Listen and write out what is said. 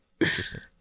Interesting